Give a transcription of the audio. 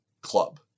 club